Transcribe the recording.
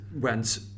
went